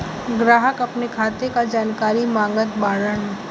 ग्राहक अपने खाते का जानकारी मागत बाणन?